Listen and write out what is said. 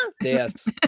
Yes